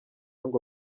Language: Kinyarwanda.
ngo